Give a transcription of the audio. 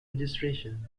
registrations